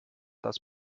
das